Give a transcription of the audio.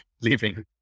leaving